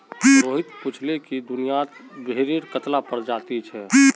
रोहित पूछाले कि दुनियात भेडेर कत्ला प्रजाति छे